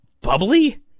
bubbly